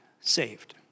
saved